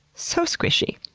so squishy!